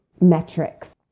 metrics